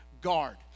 guard